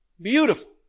beautiful